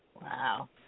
Wow